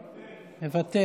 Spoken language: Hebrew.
מוותר.